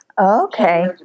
Okay